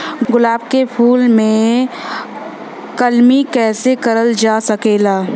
गुलाब क फूल के कलमी कैसे करल जा सकेला?